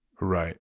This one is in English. Right